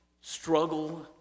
struggle